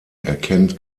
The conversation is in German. erkennt